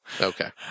Okay